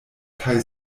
kaj